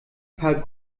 paar